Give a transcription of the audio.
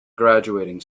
graduating